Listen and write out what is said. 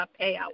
payout